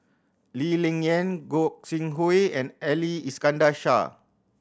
Lee Ling Yen Gog Sing Hooi and Ali Iskandar Shah